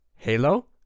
Halo